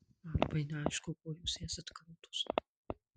man labai neaišku kuo jūs esat kaltos